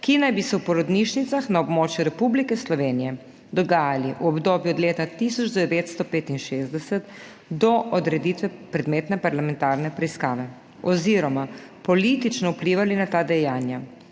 ki naj bi se v porodnišnicah na območju Republike Slovenije dogajali v obdobju od leta 1965 do odreditve predmetne parlamentarne preiskave oziroma politično vplivali na ta dejanja